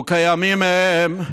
וכימים ההם,